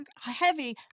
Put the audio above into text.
heavy